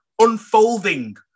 unfolding